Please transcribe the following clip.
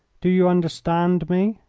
do you understand me?